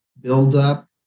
buildup